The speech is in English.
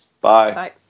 Bye